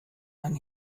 ein